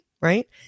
right